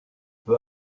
peu